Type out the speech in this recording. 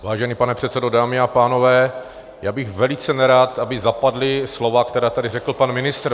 Vážený pane předsedo, dámy a pánové, já bych velice nerad, aby zapadla slova, která tady před chvílí řekl pan ministr.